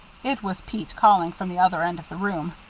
it was pete calling from the other end of the room.